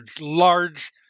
large